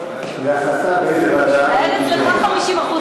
להחלטה באיזו ועדה זה יידון.